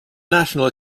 national